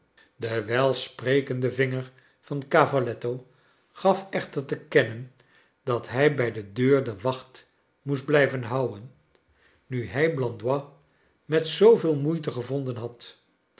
de welsprekende vinger van cavalletto gaf echter te kennen dat hij bij de deur de wacht moest blijven houden nu hij blandois met zooveel moeite gevonden had